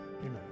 amen